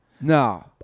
No